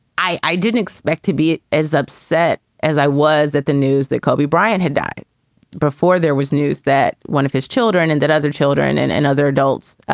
i i didn't expect to be as upset as i was at the news that kobe bryant had died before there was news that one of his children and that other children and and other adults,